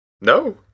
no